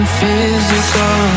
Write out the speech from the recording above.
physical